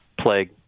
plague